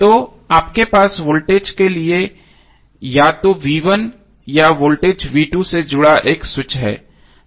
तो आपके पास वोल्टेज के लिए या तो या वोल्टेज से जुड़ा एक स्विच है